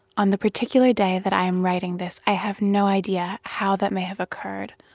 on the particular day that i am writing this, i have no idea how that may have occurred,